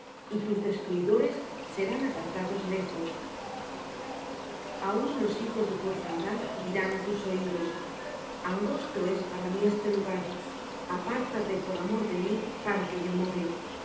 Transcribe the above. y tus destruidores serán apartados lejos aun los hijos de tu orfandad dirán á tus oídos angosto es para mí este lugar apártate por amor de mí para que yo more